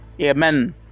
Amen